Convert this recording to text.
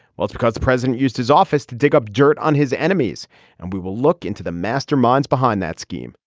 well it's because the president used his office to dig up dirt on his enemies and we will look into the masterminds behind that scheme.